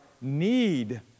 need